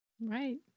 right